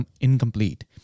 incomplete